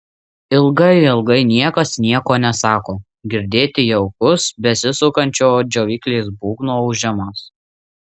ilgai ilgai niekas nieko nesako girdėti jaukus besisukančio džiovyklės būgno ūžimas